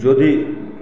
যদি